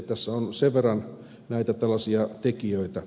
tässä on sen verran näitä tällaisia tekijöitä